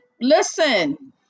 listen